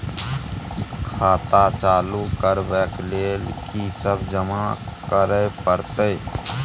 खाता चालू करबै लेल की सब जमा करै परतै?